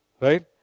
Right